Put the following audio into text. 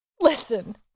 Listen